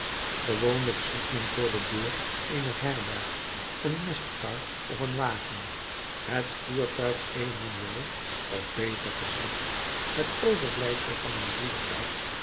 gewoonlijk ziet men voor de deur eener herberg een mestkar of een wagen het voertuig evenwel of beter gezegd het overblijfsel van een voertuig